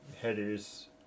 headers